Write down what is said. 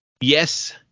yes